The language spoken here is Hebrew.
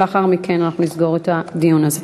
לאחר מכן נסגור את הדיון הזה.